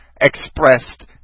expressed